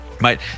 Mate